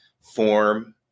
form